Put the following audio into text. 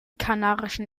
kanarischen